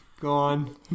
Gone